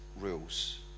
rules